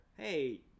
Hey